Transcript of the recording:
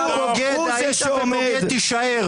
אתה בוגד היית, ובוגד תישאר.